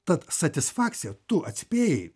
tad satisfakcija tu atspėjai